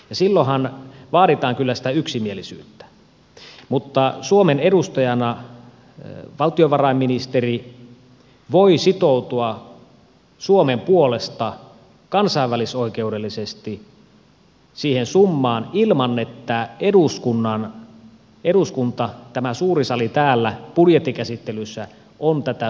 silloinhan vaaditaan kyllä sitä yksimielisyyttä mutta suomen edustajana valtiovarainministeri voi sitoutua suomen puolesta kansainvälisoikeudellisesti siihen summaan ilman että eduskunta tämä suuri sali täällä budjettikäsittelyssä on tätä summaa varannut